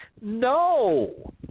No